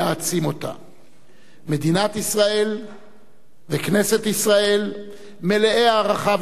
מדינת ישראל וכנסת ישראל מלאי הערכה והוקרה למנהיגי חוף-השנהב